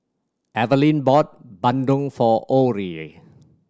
Evaline bought bandung for Orie